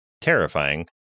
terrifying